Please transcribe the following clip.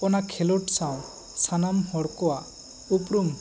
ᱚᱱᱟ ᱠᱷᱮᱞᱚᱰ ᱥᱟᱶ ᱥᱟᱱᱟᱢ ᱦᱚᱲ ᱠᱚᱣᱟᱜ ᱩᱯᱨᱩᱢ